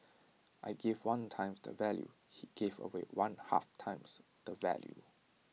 I gave one times the value he gave away one half times the value